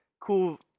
cool